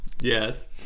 Yes